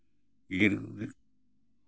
ᱤᱨ